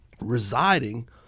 residing